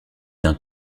d’un